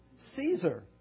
Caesar